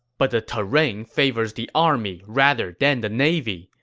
but the terrain favors the army rather than the navy.